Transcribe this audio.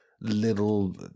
little